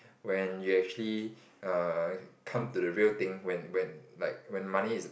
when you actually err come to the real thing when when like when money is